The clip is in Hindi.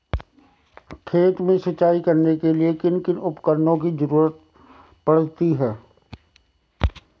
खेत में सिंचाई करने के लिए किन किन उपकरणों की जरूरत पड़ती है?